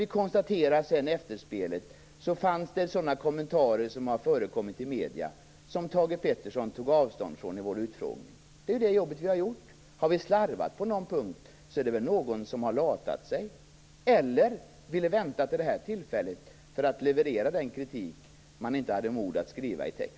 Vi konstaterade i efterspelet att Thage Peterson i vår utfrågning tog avstånd från kommentarer som har funnits i medierna. Det är det jobbet vi har gjort. Har vi slarvat på någon punkt är det väl någon som har latat sig, eller så ville någon vänta till detta tillfälle för att leverera den kritik man inte hade mod att skriva ned.